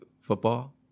football